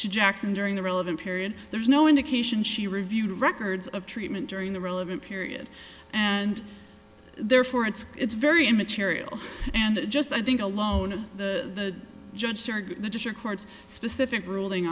to jackson during the relevant period there's no indication she reviewed records of treatment during the relevant period and therefore it's it's very immaterial and just i think alone of the judge the district court's specific ruling